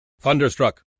Thunderstruck